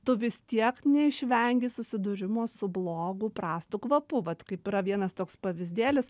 tu vis tiek neišvengi susidūrimo su blogu prastu kvapu vat kaip yra vienas toks pavyzdėlis